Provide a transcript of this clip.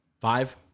Five